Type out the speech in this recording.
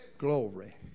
glory